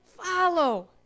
follow